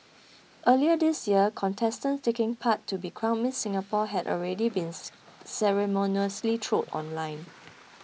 earlier this year contestants taking part to be crowned Miss Singapore had already bins ceremoniously trolled online